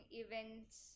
events